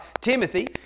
Timothy